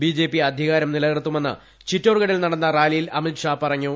BJP അധികാരം നിലിനിർത്തുമെന്ന് ചിറ്റോർഗഡിൽ നടന്ന റാലിയിൽ അമിത്ഷാ പറഞ്ഞൂ